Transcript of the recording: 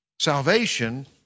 salvation